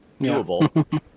doable